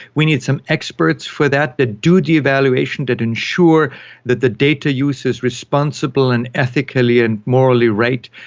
we need some experts for that that do the evaluation that ensure that the data use is responsible and ethically and morally right,